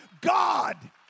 God